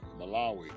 Malawi